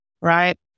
right